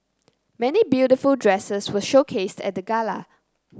many beautiful dresses were showcased at the gala